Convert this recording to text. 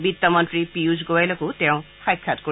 বিত্তমন্ত্ৰী পীয়ুষ গোৱেলকো তেওঁ সাক্ষাৎ কৰিব